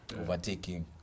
Overtaking